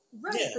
Right